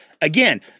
Again